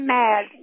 mad